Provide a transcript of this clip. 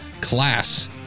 Class